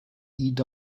and